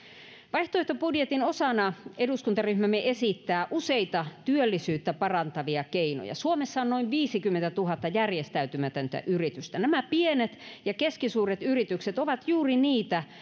vaihtoehtobudjetin osana eduskuntaryhmämme esittää useita työllisyyttä parantavia keinoja suomessa on noin viisikymmentätuhatta järjestäytymätöntä yritystä nämä pienet ja keskisuuret yritykset ovat juuri niitä